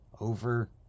over